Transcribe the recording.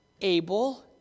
Abel